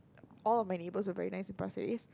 all of my neighbours were very nice in Pasir-Ris